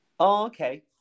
Okay